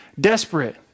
desperate